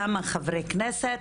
כמה חברי כנסת,